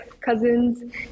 cousins